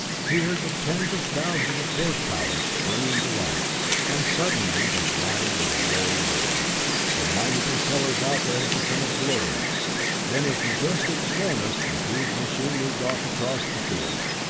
he heard the tens of thousands of horsepower spring into life and suddenly the whine was a low roar the mighty propellers out there had became a blur then with majestic slowness the huge machine moved off across the field!